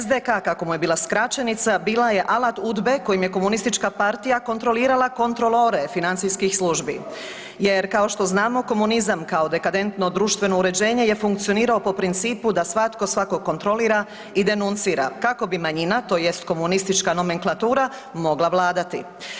SDK kako mu je bila skraćenica bila je alat Udbe kojim je komunistička partija kontrolirala kontrolore financijskih službi jer kao što znamo komunizam kao dekadentno društveno uređenje je funkcionirao po principu da svatko svakog kontrolira i denuncira kako bi manjina tj. komunistička nomenklatura mogla vladati.